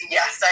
Yes